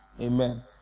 Amen